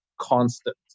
constant